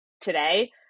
today